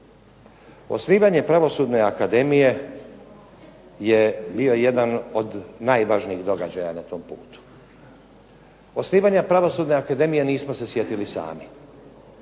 Osnivanje Pravosudna akademije je bio jedan od najvažnijih događaja na tom putu. Osnivanje Pravosudne akademija nismo se sjetili sami.